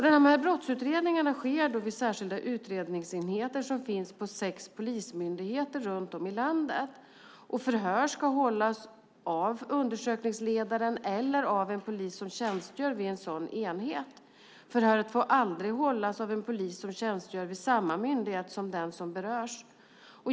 De här brottsutredningarna sker vid särskilda utredningsenheter som finns på sex polismyndigheter runt om i landet. Förhör ska hållas av undersökningsledaren eller av en polis som tjänstgör vid en sådan enhet. Förhöret får aldrig hållas av en polis som tjänstgör vid samma myndighet som den som berörs.